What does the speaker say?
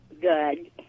Good